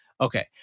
Okay